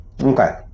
Okay